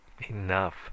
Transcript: enough